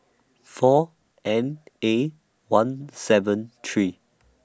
four N A one seven three